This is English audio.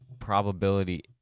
probability